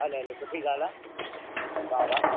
हले हले सुठी ॻाल्ह आहे वाह वाह